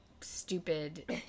stupid